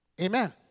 Amen